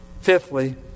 Fifthly